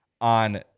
on